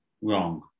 wrong